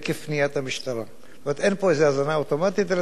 אין פה איזה האזנה אוטומטית אלא צריך אישור על-פי חוק.